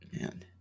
Man